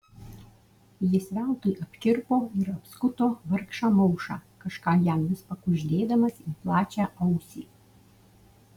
jis veltui apkirpo ir apskuto vargšą maušą kažką jam vis pakuždėdamas į plačią ausį